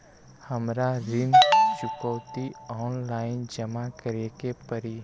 हमरा ऋण चुकौती ऑनलाइन जमा करे के परी?